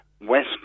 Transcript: West